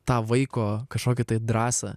tą vaiko kažkokią tai drąsą